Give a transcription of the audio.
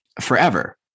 forever